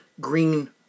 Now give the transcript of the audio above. green